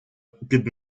під